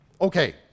Okay